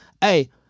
Hey